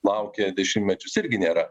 laukė dešimtmečius irgi nėra